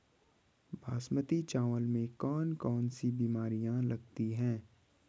बासमती चावल में कौन कौन सी बीमारियां लगती हैं?